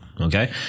Okay